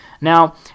Now